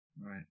Right